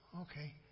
Okay